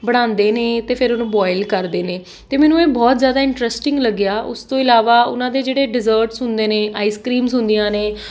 ਬਣਾਉਂਦੇ ਨੇ ਅਤੇ ਫਿਰ ਉਹਨੂੰ ਬੋਇਲ ਕਰਦੇ ਨੇ ਅਤੇ ਮੈਨੂੰ ਇਹ ਬਹੁਤ ਜ਼ਿਆਦਾ ਇੰਟਰਸਟਿੰਗ ਲੱਗਿਆ ਉਸ ਤੋਂ ਇਲਾਵਾ ਉਹਨਾਂ ਦੇ ਜਿਹੜੇ ਡਿਜਰਟਸ ਹੁੰਦੇ ਨੇ ਆਈਸ ਕ੍ਰੀਮਸ ਹੁੰਦੀਆਂ ਨੇ